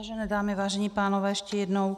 Vážené dámy, vážení pánové, ještě jednou.